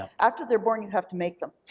after they're born, you have to make them.